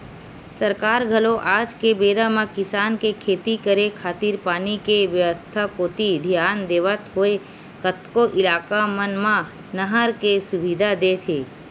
सरकार घलो आज के बेरा म किसान के खेती करे खातिर पानी के बेवस्था कोती धियान देवत होय कतको इलाका मन म नहर के सुबिधा देत हे